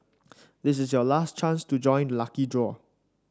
this is your last chance to join the lucky draw